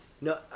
No